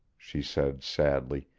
she said sadly,